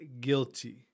guilty